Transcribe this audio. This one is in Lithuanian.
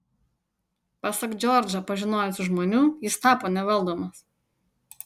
pasak džordžą pažinojusių žmonių jis tapo nevaldomas